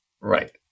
Right